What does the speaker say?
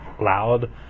loud